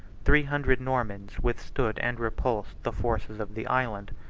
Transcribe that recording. three hundred normans withstood and repulsed the forces of the island.